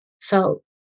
felt